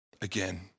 again